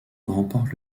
remporte